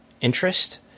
interest